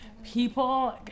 people